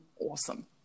awesome